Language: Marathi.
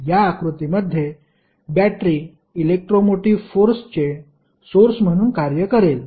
या आकृतीमध्ये बॅटरी इलेक्ट्रोमोटिव्ह फोर्स चे सोर्स म्हणून कार्य करेल